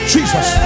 Jesus